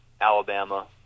alabama